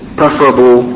preferable